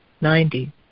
Ninety